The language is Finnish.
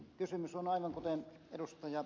kysymys on aivan kuten ed